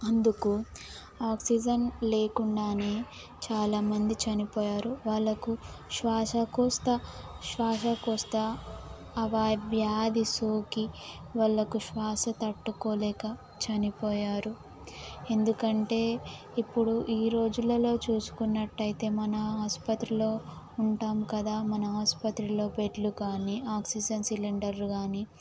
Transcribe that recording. అందుకు ఆక్సిజన్ లేకుండానే చాలా మంది చనిపోయారు వాళ్ళకు శ్వాస కోశ శ్వాసకోశ అలా వ్యాధి సోకి వాళ్ళకు శ్వాస తట్టుకోలేక చనిపోయారు ఎందుకంటే ఇప్పుడు ఈ రోజులలో చూసుకున్నట్టయితే మన ఆసుపత్రిలో ఉంటాం కదా మన ఆసుపత్రిలో బెడ్లు కాని ఆక్సిజన్ సిలిండర్లు కాని